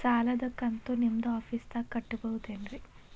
ಸಾಲದ ಕಂತು ನಿಮ್ಮ ಆಫೇಸ್ದಾಗ ಕಟ್ಟಬಹುದೇನ್ರಿ?